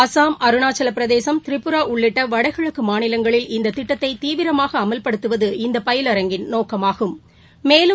அஸ்ஸாம் அருணாச்சலபிரதேசம் திரிபுரா உள்ளிட்டவடகிழக்குமாநிலங்களில் இந்ததிட்டத்தைதீவிரமாகஅமவ்படுத்தவது இந்தபயிலரங்கின் நோக்கமாகும்